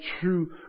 true